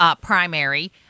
primary